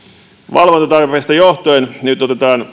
valvontatarpeista johtuen nyt